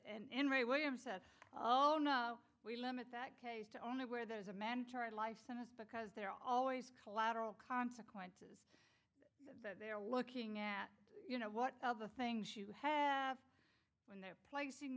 yes and ray williams said oh no we limit that case to only where there is a man charged life sentence because there are always collateral consequences that they're looking at you know what other things you have when they're placing